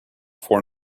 for